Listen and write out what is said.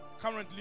currently